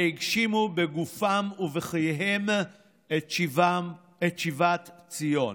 והגשימו בגופם ובחייהם את שיבת ציון.